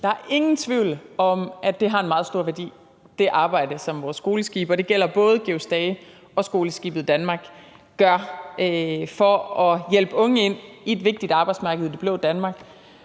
Der er ingen tvivl om, at det arbejde, der gøres på vores skoleskibe – og det gælder både »Georg Stage« og »Skoleskibet Danmark« – for at hjælpe unge ind på et vigtigt arbejdsmarked i Det Blå Danmark,